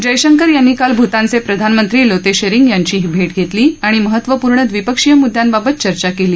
जयशंकर यांनी काल भूतानचे प्रधानमंत्री लोते शेरींग यांचीही भेट घेतली आणि महत्वपूर्ण द्वीपक्षीय मुद्द्यांबाबत चर्चा केली